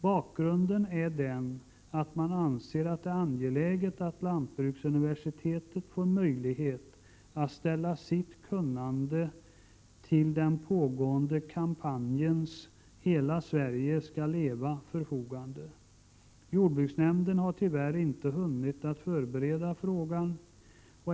Bakgrunden är den att man anser det angeläget att lantbruksuniversitetet får möjlighet att ställa sitt kunnande till förfogande för den pågående kampanjen Hela Sverige ska leva. Jordbruksnämnden har tyvärr inte hunnit att förbereda frågan.